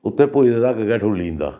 उत्थे पुजदे तक गै ठुल्ली जंदा